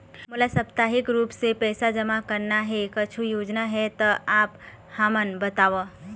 मोला साप्ताहिक रूप से पैसा जमा करना हे, कुछू योजना हे त आप हमन बताव?